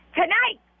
tonight